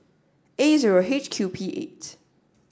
A zero H Q P eight